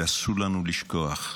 ואסור לנו לשכוח,